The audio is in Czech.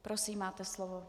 Prosím, máte slovo.